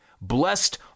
Blessed